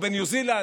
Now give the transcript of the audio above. או בניו זילנד,